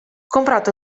comprato